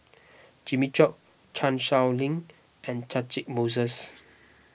Jimmy Chok Chan Sow Lin and Catchick Moses